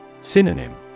Synonym